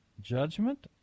Judgment